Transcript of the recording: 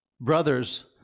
brothers